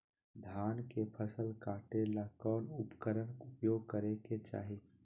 धान के फसल काटे ला कौन उपकरण उपयोग करे के चाही?